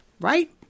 right